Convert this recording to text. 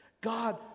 God